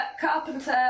carpenter